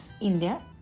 India